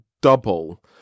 double